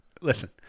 Listen